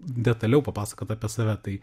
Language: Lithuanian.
detaliau papasakot apie save tai